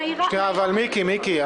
מיקי,